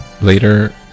later